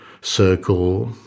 circle